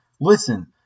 Listen